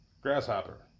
Grasshopper